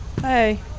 hey